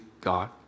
God